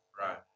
right